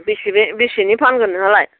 बेसे बे बेसेनि फानगोन नोंहालाय